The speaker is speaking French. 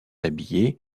habillés